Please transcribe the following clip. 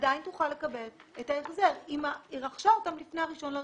עדיין תוכל לקבל את ההחזר אם היא רכשה אותם לפני ה-1 בינואר.